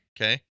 okay